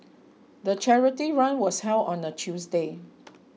the charity run was held on a Tuesday